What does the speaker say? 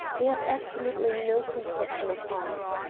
they have absolutely no conception of art.